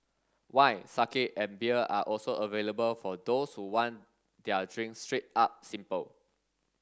wine sake and beer are also available for those who want their drinks straight up simple